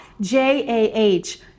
J-A-H